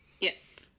Yes